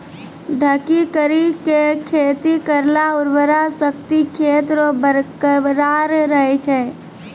ढकी करी के खेती करला उर्वरा शक्ति खेत रो बरकरार रहे छै